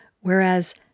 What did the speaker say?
whereas